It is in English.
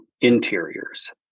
interiors